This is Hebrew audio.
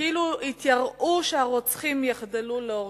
כאילו התייראו שהרוצחים יחדלו להורגנו".